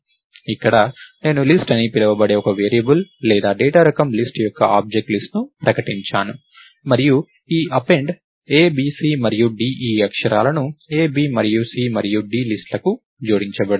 ఇక్కడ నేను లిస్ట్ అని పిలువబడే ఒక వేరియబుల్ లేదా డేటా రకం లిస్ట్ యొక్క ఆబ్జెక్ట్ లిస్ట్ ను ప్రకటించాను మరియు ఈ అప్పెండ్ a b c మరియు d ఈ అక్షరాలను a b మరియు c మరియు d లిస్ట్ కు జోడించబోతోంది